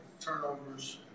Turnovers